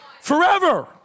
Forever